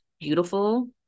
beautiful